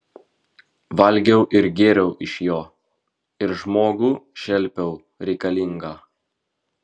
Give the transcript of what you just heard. valgiau ir gėriau iš jo ir žmogų šelpiau reikalingą